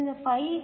ಆದ್ದರಿಂದ φs 0